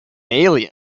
alien